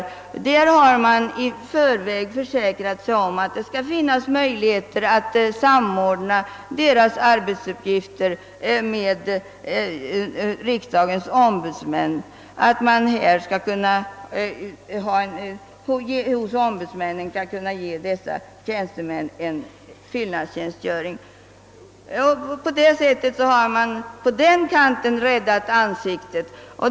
I det fallet har man i förväg försäkrat sig om att vederbörandes arbetsuppgifter skall kunna samordnas med riksdagens ombudsmäns arbete att man alltså skall kunna ge dessa tjänstemän fyllnadstjänstgöring hos ombudsmännen. På det sättet har man på den kanten räddat ansiktet.